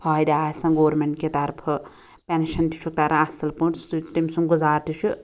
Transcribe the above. فٲیدٕ آسان گورمیٚنٛٹ کہِ طرفہٕ پینشیٚن تہِ چھُ ترَان اصل پٲٹھۍ سُہ تہِ تٔمۍ سُنٛد گُزار تہِ چھُ